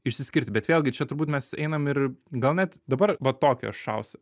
išsiskirti bet vėlgi čia turbūt mes einam ir gal net dabar va tokią aš šausiu